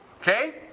Okay